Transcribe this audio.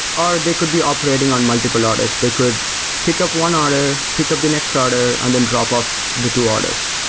or they could be operating on multiple orders. they could pick up one order, pick up the next order and then drop off the two orders.